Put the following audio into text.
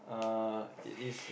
uh it is